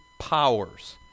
powers